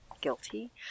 guilty